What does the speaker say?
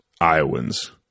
Iowans